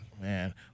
Man